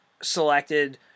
selected